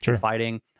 fighting